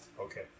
Okay